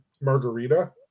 margarita